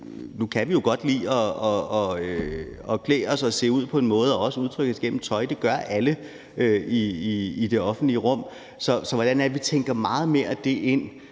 fordi vi jo godt kan lide at klæde os og se ud på vores måde og også udtrykke os igennem tøj. Det gør alle i det offentlige rum. Så hvordan tænker vi meget mere af det ind